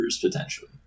potentially